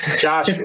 Josh